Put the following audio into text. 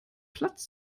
platz